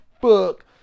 fuck